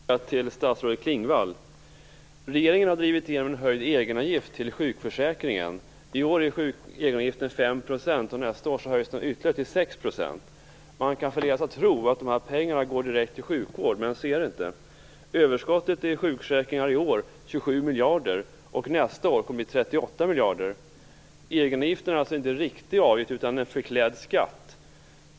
Fru talman! Jag vill ställa en fråga till statsrådet Klingvall. Regeringen har drivit igenom en höjd egenavgift till sjukförsäkringen. I år är egenavgiften 5 %, och nästa år höjs den ytterligare till 6 %. Man kan förledas att tro att dessa pengar går direkt till sjukvård, men så är det inte. Överskottet i sjukförsäkringen är i år 27 miljarder, och nästa år kommer det att bli 38 miljarder. Egenavgifterna är alltså inte en riktig avgift utan en förklädd skatt.